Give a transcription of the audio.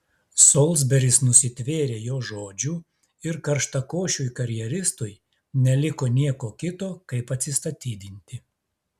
solsberis nusitvėrė jo žodžių ir karštakošiui karjeristui neliko nieko kito kaip atsistatydinti